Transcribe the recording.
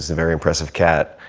very impressive cat,